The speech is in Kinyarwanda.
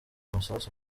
amasasu